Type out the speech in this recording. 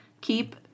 Keep